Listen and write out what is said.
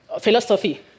philosophy